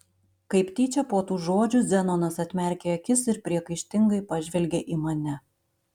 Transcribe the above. kaip tyčia po tų žodžių zenonas atmerkė akis ir priekaištingai pažvelgė į mane